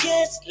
Yes